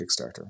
Kickstarter